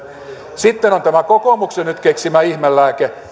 sitten on tämä kokoomuksen nyt keksimä ihmelääke